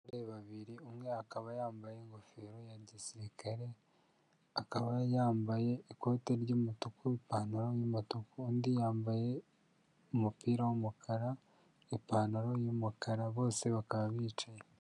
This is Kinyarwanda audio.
Abantu babiri umwe akaba yambaye ingofero ya gisirikare akaba yambaye ikote ry'umutuku n'ipantaro y'umutuku, undi yambaye umupira w'umukara ipantaro y'umukara bose bakaba bicaye.